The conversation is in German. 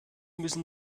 müssen